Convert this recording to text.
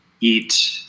eat